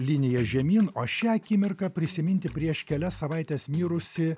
linija žemyn o šią akimirką prisiminti prieš kelias savaites mirusį